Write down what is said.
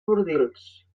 bordils